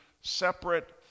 separate